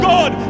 God